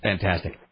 Fantastic